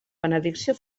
benedicció